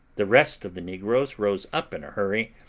the rest of the negroes rose up in a hurry,